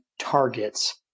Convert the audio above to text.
targets